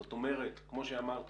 זאת אומרת, כמו שאמרתי,